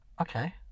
Okay